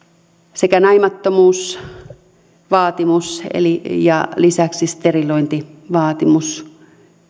sekä tämä naimattomuusvaatimus että lisäksi sterilointivaatimus